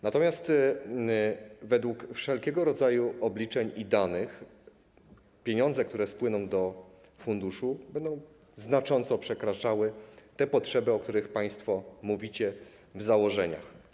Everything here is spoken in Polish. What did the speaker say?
Natomiast według wszelkiego rodzaju obliczeń i danych pieniądze, które wpłyną do funduszu, będą znacząco przekraczały te potrzeby, o których państwo mówicie w założeniach.